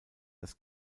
dass